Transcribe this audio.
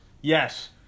yes